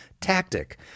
tactic